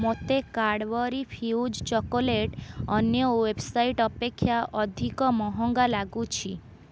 ମୋତେ Cadbury Fuse chocolate ଅନ୍ୟ website ଅପେକ୍ଷା ଅଧିକ ମହଙ୍ଗା ଲାଗୁଛି